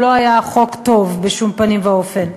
הוא לא היה חוק טוב בשום פנים ואופן.